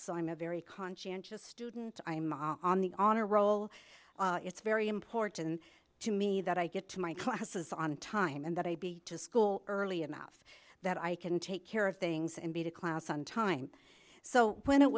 so i'm a very conscientious student on the honor roll it's very important to me that i get to my classes on time and that i be to school early enough that i can take care of things and be to class on time so when it